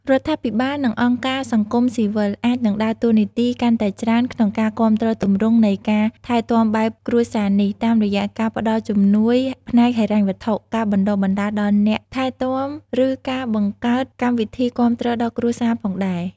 រដ្ឋាភិបាល និងអង្គការសង្គមស៊ីវិលអាចនឹងដើរតួនាទីកាន់តែច្រើនក្នុងការគាំទ្រទម្រង់នៃការថែទាំបែបគ្រួសារនេះ តាមរយៈការផ្ដល់ជំនួយផ្នែកហិរញ្ញវត្ថុ ការបណ្ដុះបណ្ដាលដល់អ្នកថែទាំ ឬការបង្កើតកម្មវិធីគាំទ្រដល់គ្រួសារផងដែរ។